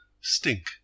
stink